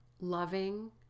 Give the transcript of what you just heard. loving